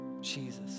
Jesus